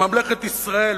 בממלכת ישראל,